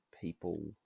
people